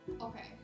okay